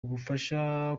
ubufasha